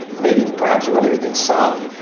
maybe perhaps earlier than some.